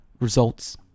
results